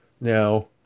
now